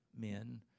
men